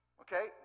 Okay